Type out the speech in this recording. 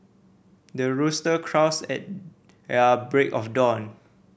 the rooster crows at their break of dawn